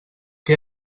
què